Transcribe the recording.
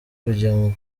kujya